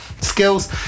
skills